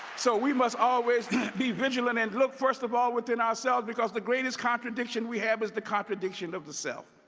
so we must always be vigilant and look, first of all, within ourselves, because the greatest contradiction we have is the contradiction of the self.